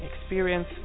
Experience